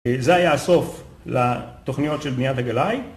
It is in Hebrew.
זה היה הסוף לתוכניות של בניית הגלאי